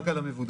רק על המבודדים.